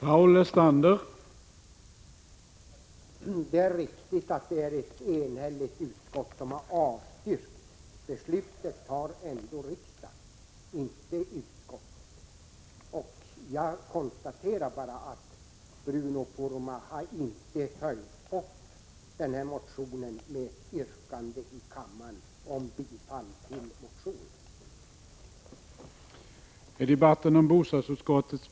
Herr talman! Det är riktigt att ett enhälligt utskott har avstyrkt motionen, men beslutet fattar ändå riksdagen, inte utskottet.